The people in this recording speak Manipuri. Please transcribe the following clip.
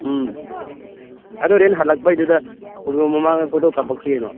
ꯎꯝ ꯑꯗꯣ ꯍꯣꯔꯦꯟ ꯍꯜꯂꯛꯄꯩꯗꯨꯗ ꯈꯣꯡꯖꯣꯝ ꯃꯃꯥꯡꯗ ꯐꯣꯇꯣ ꯀꯥꯄꯛꯁꯤ ꯀꯩꯅꯣ